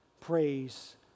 praise